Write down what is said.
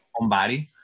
homebody